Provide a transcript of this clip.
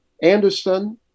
Anderson